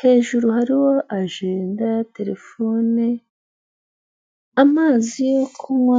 hejuru hariho ajenda, telefone, amazi yo kunywa